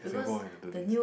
if Singapore had to do this